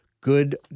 good